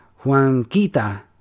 Juanquita